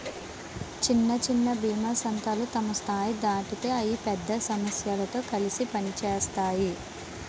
సిన్న సిన్న బీమా సంస్థలు తమ స్థాయి దాటితే అయి పెద్ద సమస్థలతో కలిసి పనిసేత్తాయి